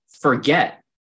forget